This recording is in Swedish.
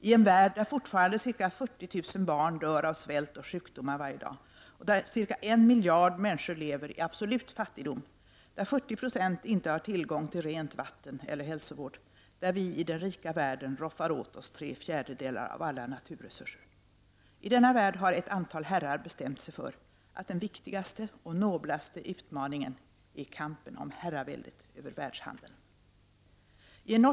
I en värld, där fortfarande ca 40 000 barn dör av svält och sjukdomar varje dag, och där ca 1 miljard människor lever i absolut fattigdom, där 40 % inte har tillgång till rent vatten eller hälsovård, där vi i den rika världen roffar åt oss tre fjärdedelar av alla naturresurser. I denna värld har ett antal herrar bestämt sig för att den viktigaste och noblaste utmaningen är kampen om herraväldet över världshandeln.''